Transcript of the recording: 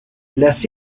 las